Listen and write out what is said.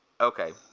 Okay